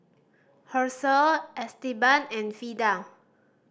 Hershell Esteban and Vida